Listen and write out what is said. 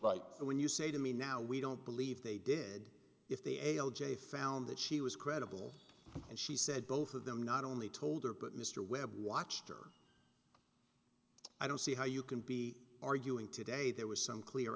and when you say to me now we don't believe they did if they a l j found that she was credible and she said both of them not only told her but mr webb watched her i don't see how you can be arguing today there was some clear